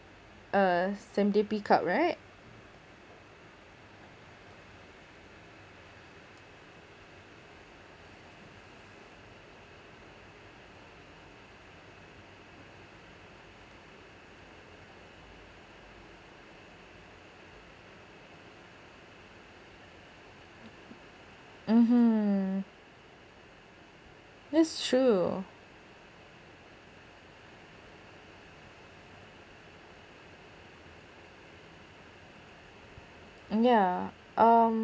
uh same day pick up right mmhmm that's true mm yeah um